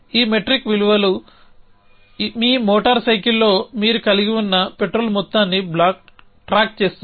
ఈ మెట్రిక్ విలువలు మీ మోటార్ సైకిల్లో మీరు కలిగి ఉన్న పెట్రోల్ మొత్తాన్ని ట్రాక్ చేస్తుంది